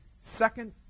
second